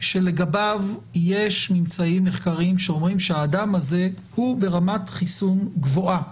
שלגביו יש ממצאים מחקריים שאומרים שהאדם הזה הוא ברמת חיסון גבוהה,